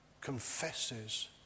confesses